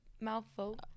mouthful